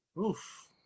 oof